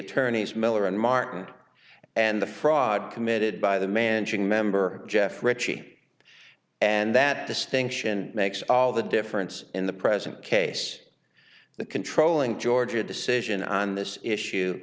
attorneys miller and martin and the fraud committed by the managing member jeff ritchie and that distinction makes all the difference in the present case the controlling georgia decision on this issue